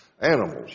animals